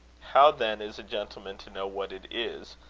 how, then, is a gentleman to know what it is?